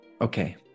Okay